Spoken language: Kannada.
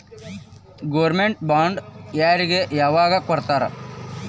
ಗೊರ್ಮೆನ್ಟ್ ಬಾಂಡ್ ಯಾರಿಗೆ ಯಾವಗ್ ಕೊಡ್ತಾರ?